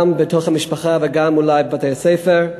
גם בתוך המשפחה ואולי גם בבתי-הספר,